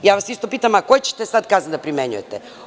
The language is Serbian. Isto vas pitam – koje ćete sad kazne da primenjujete?